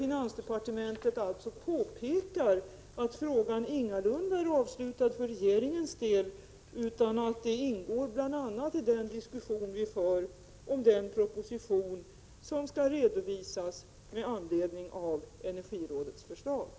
Finansdepartementet har där påpekat att frågan ingalunda är slutbehandlad för regeringens del utan ingår bl.a. i den diskussion vi för om den proposition som skall redovisas med anledning av energirådets förslag.